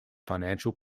financial